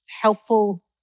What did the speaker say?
helpful